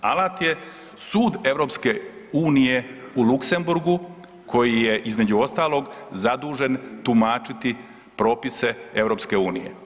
Alat je sud EU u Luksemburgu, koji je, između ostalog, zadužen tumačiti propise EU.